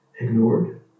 ignored